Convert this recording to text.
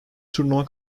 turnuva